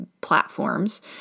platforms